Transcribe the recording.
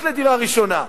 רק לדירה ראשונה.